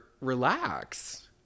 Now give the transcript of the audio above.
relax